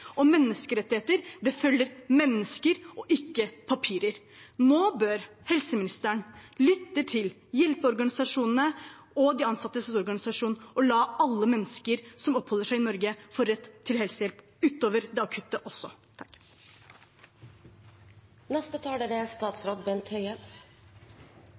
og menneskerettigheter følger mennesker og ikke papirer. Nå bør helseministeren lytte til hjelpeorganisasjonene og de ansattes organisasjoner og la alle mennesker som oppholder seg i Norge, få rett til helsehjelp også utover det akutte.